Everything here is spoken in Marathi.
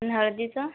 अन् हळदीचं